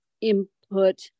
input